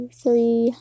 three